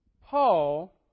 Paul